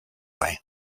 way